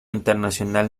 internacional